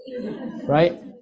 right